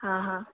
हाँ हाँ